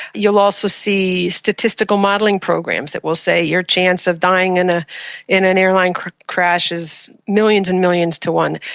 you will also see statistical modelling programs that will say your chance of dying in ah in an airline crash crash is millions and millions to one.